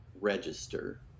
register